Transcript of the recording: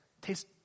taste